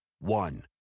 One